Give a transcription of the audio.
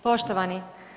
Poštovani.